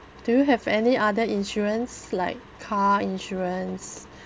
do you have any other insurance like car insurance